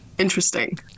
Interesting